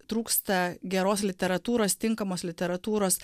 trūksta geros literatūros tinkamos literatūros